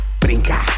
brinca